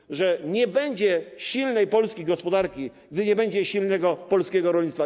Mówił, że nie będzie silnej polskiej gospodarki, jeśli nie będzie silnego polskiego rolnictwa.